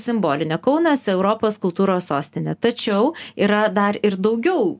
simbolinė kaunas europos kultūros sostine tačiau yra dar ir daugiau